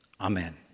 Amen